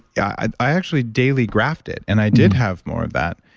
yeah i i actually daily grafted, and i did have more of that.